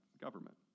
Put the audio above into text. government